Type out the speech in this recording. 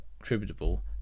attributable